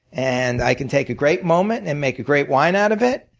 and i can take a great moment and make a great wine out of it,